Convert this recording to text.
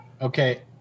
Okay